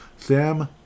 Sam